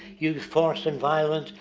used force and violence.